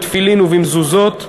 בתפילין ובמזוזות,